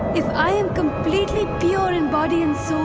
if i am completely pure and and but